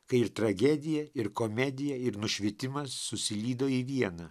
kai ir tragedija ir komedija ir nušvitimas susilydo į vieną